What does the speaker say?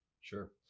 Sure